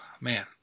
man